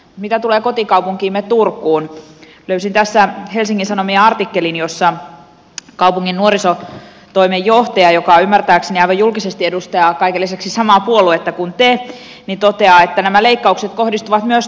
mitä tulee kotikaupunkiimme turkuun löysin tässä helsingin sanomien artikkelin jossa kaupungin nuorisotoimen johtaja joka ymmärtääkseni aivan julkisesti edustaa kaiken lisäksi samaa puoluetta kuin te toteaa että nämä leik kaukset kohdistuvat myös turkuun